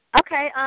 Okay